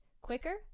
quicker